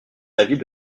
l’avis